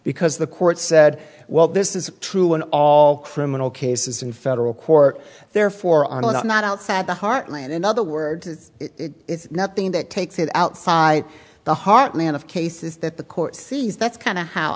because the court said well this is true in all criminal cases in federal court there for on and on not outside the heartland in other words it is nothing that takes it outside the heartland of cases that the court sees that's kind of how